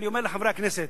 אני אומר לחברי הכנסת: